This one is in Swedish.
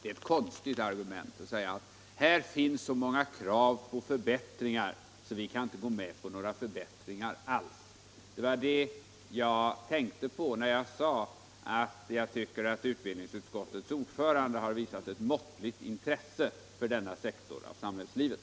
Det är ett konstigt argument när han säger att här finns så många krav på förbättringar att vi inte kan gå med på några förbättringar alls. Det var det jag tänkte på när jag sade att jag tycker att utbildningsutskottets ordförande har visat ett måttligt intresse för denna sektor av samhällslivet.